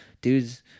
dudes